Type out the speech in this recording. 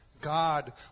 God